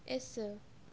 yes sir